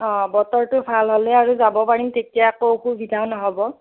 অঁ বতৰটো ভাল হ'লে আৰু যাব পাৰিম তেতিয়া একো অসুবিধাও নহ'ব